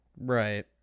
Right